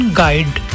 guide